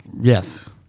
Yes